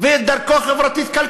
ואת דרכו החברתית-כלכלית.